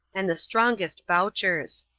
and the strongest vouchers.